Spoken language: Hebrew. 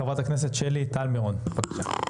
חברת הכנסת שלי טל מירון, בבקשה.